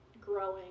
growing